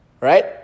Right